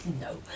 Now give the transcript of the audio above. no